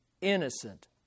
innocent